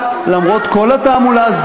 למרות כל התעמולה,